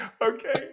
Okay